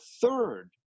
third